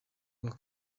uwa